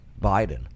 Biden